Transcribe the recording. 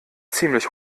ziemlich